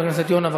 חבר הכנסת יונה.